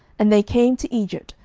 and they came to egypt,